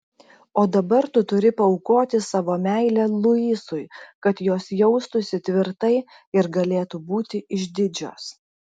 o dabar tu turi paaukoti savo meilę luisui kad jos jaustųsi tvirtai ir galėtų būti išdidžios